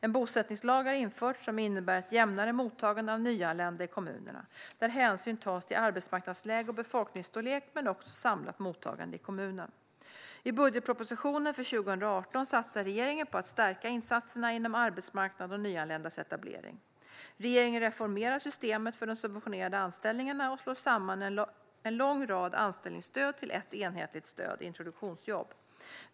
En bosättningslag har införts som innebär ett jämnare mottagande av nyanlända i kommunerna, där hänsyn tas till arbetsmarknadsläge och befolkningsstorlek men också till samlat mottagande i kommunen. I budgetpropositionen för 2018 satsar regeringen på att stärka insatserna inom arbetsmarknad och nyanländas etablering. Regeringen reformerar systemet för de subventionerade anställningarna och slår samman en lång rad anställningsstöd till ett enhetligt stöd - introduktionsjobb.